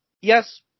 Yes